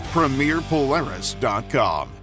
Premierpolaris.com